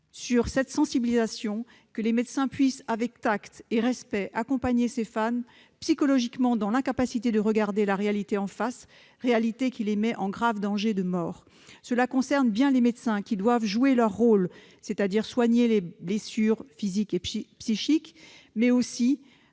Cette sensibilisation doit permettre aux médecins d'agir avec tact et respect et d'accompagner ces femmes qui sont psychologiquement dans l'incapacité de regarder la réalité en face, réalité qui les met en grave danger de mort. Cela concerne bien les médecins qui doivent jouer leur rôle premier, soigner les blessures physiques et psychiques, mais aussi